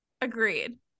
Agreed